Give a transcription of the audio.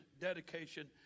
dedication